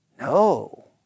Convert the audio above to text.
No